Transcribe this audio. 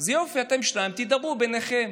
אז יופי, אתם שניים, תדברו ביניכם.